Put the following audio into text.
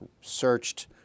searched